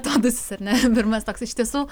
tadas jis ar ne pirmas toks iš tiesų